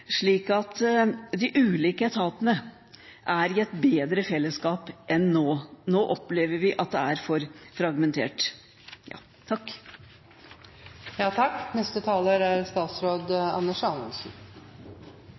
slik at de ulike etatene er i et bedre fellesskap enn nå. Nå opplever vi at det er for fragmentert. Jeg er